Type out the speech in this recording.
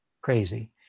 crazy